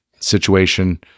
Situation